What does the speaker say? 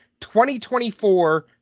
2024